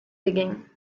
digging